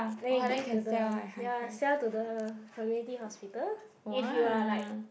then you give to the ya sell to the community hospital if you are like